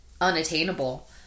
unattainable